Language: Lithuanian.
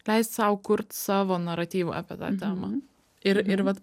leist sau kurt savo naratyvą apie tą temą ir ir vat